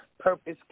Purpose